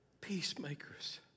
Peacemakers